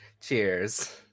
Cheers